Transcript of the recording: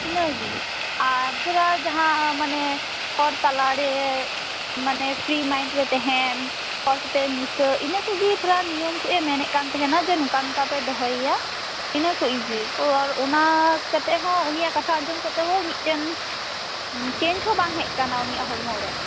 ᱤᱱᱟᱹ ᱜᱮ ᱟᱨ ᱛᱷᱚᱲᱟ ᱡᱟᱦᱟᱸ ᱢᱟᱱᱮ ᱦᱚᱨ ᱛᱟᱞᱟᱨᱮ ᱢᱟᱱᱮ ᱯᱷᱨᱤ ᱢᱟᱭᱤᱱᱰ ᱨᱮ ᱛᱟᱦᱮᱱ ᱦᱚᱲ ᱥᱟᱛᱮ ᱢᱤᱥᱟᱹ ᱤᱱᱟᱹᱠᱚᱜᱮ ᱛᱷᱚᱲᱟ ᱱᱤᱭᱚᱢ ᱠᱚᱭ ᱢᱮᱱᱮᱜ ᱠᱟᱱ ᱛᱟᱦᱮᱱᱟ ᱡᱮ ᱱᱚᱠᱟ ᱱᱚᱠᱟ ᱯᱮ ᱫᱚᱦᱚᱭ ᱭᱟ ᱤᱱᱟᱹ ᱠᱩᱡ ᱜᱮ ᱠᱚᱨ ᱚᱱᱟ ᱠᱟᱛᱮ ᱦᱚᱸ ᱩᱱᱤᱭᱟᱜ ᱠᱟᱛᱷᱟ ᱟᱸᱡᱚᱢ ᱠᱟᱛᱮ ᱦᱚ ᱢᱤᱫᱴᱮᱱ ᱢ ᱪᱮᱱᱡᱽ ᱦᱚᱸ ᱵᱟᱝ ᱦᱮᱡ ᱠᱟᱱᱟ ᱩᱱᱤᱭᱟᱜ ᱦᱚᱲᱢᱚᱨᱮ